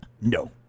No